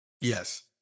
Yes